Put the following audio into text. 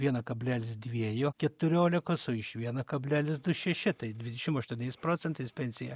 vieno kablelis dviejų keturiolikos o iš vieno kablelis du šeši tai dvidešim aštuoniais procentais pensija